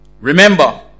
Remember